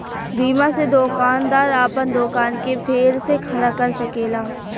बीमा से दोकानदार आपन दोकान के फेर से खड़ा कर सकेला